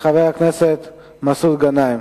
של חבר הכנסת מסעוד גנאים.